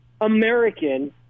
American